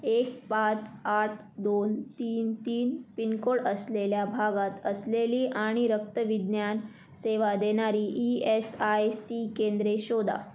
एक पाच आठ दोन तीन तीन पिनकोड असलेल्या भागात असलेली आणि रक्तविज्ञान सेवा देणारी ई एस आय सी केंद्रे शोधा